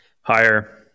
Higher